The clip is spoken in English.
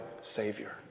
Savior